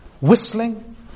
whistling